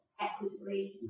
equitably